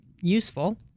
useful